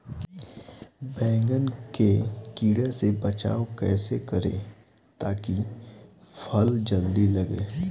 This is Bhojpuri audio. बैंगन के कीड़ा से बचाव कैसे करे ता की फल जल्दी लगे?